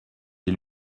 des